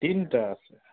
তিনিটা আছে